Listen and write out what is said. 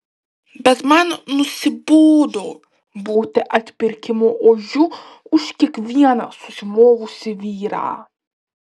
bet man nusibodo būti atpirkimo ožiu už kiekvieną susimovusį vyrą